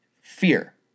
fear